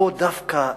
פה דווקא,